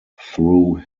through